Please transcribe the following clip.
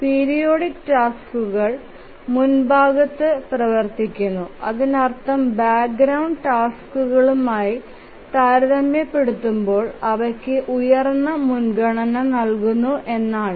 periodic ടാസ്ക്കുകൾ മുൻഭാഗത്ത് പ്രവർത്തിക്കുന്നു അതിനർത്ഥം ബാക്ക്ഗ്രൌണ്ട് ടാസ്ക്കുകളുമായി താരതമ്യപ്പെടുത്തുമ്പോൾ അവയ്ക്ക് ഉയർന്ന മുൻഗണന നൽകുന്നു എന്നാണ്